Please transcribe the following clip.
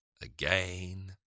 again